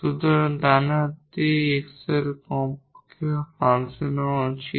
সুতরাং ডান হাতটি x এর কমপক্ষে ফাংশন হওয়া উচিত